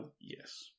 Yes